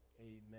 amen